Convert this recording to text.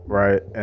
right